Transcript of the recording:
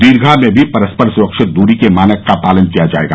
दीर्घा में भी परस्पर सुरक्षित दूरी के मानक का पालन किया जायेगा